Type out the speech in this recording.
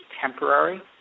temporary